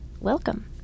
Welcome